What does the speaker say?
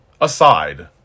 aside